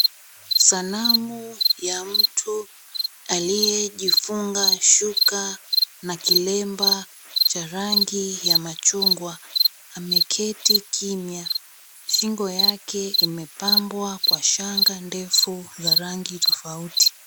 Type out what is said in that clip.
Sanamu ya mtu aliyejifunga shuka na na kilemba cha rangi ya machungwa ameketi kimya shingo yake imepabwa kwa shanga ndefu za rangi tofauti.